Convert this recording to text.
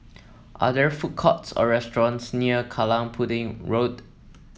are there food courts or restaurants near Kallang Pudding Road